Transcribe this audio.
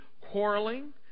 quarreling